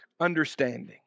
Understanding